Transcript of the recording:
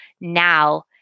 now